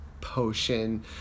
potion